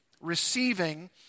Receiving